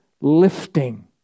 lifting